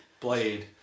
Blade